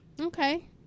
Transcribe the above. Okay